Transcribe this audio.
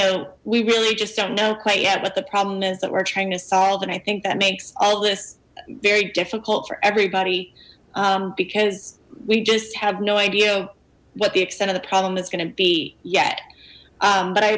know we really just don't know quite yet what the problem is that we're trying to solve and i think that makes all this very difficult for everybody because we just have no idea what the extent of the problem is gonna be yet but i